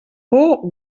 por